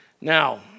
Now